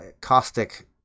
caustic